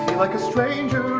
like a stranger